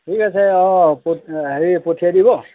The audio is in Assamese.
ঠিক আছে অঁ হেৰি পঠিয়াই দিব